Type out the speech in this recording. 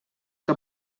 que